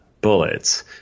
bullets